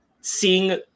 seeing